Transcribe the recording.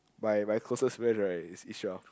my my closest friend is is your